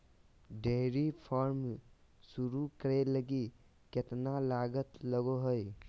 dairy farm शुरू करे लगी केतना लागत लगो हइ